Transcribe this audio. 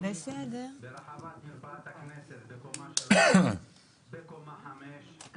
וגם את נבחרת ישראל מגיעה ליותר הישגים